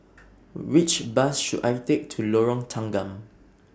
Which Bus should I Take to Lorong Tanggam